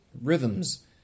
rhythms